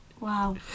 Wow